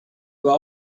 war